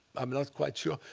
i'm not quite sure.